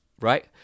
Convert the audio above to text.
right